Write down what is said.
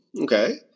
Okay